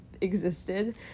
existed